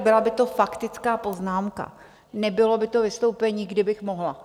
Byla by to faktická poznámka, nebylo by to vystoupení, kdybych mohla.